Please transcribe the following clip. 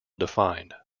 defined